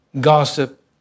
gossip